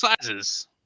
sizes